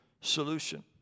solution